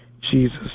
Jesus